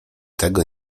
tego